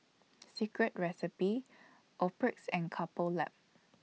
Secret Recipe Optrex and Couple Lab